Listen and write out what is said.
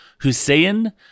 Hussein